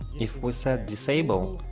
if we set disable,